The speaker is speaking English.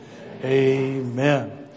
Amen